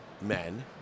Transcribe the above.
men